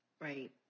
right